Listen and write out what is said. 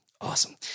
Awesome